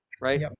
Right